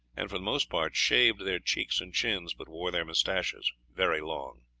and for the most part shaved their cheeks and chins, but wore their moustaches very long.